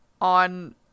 on